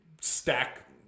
stack